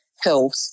health